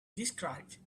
described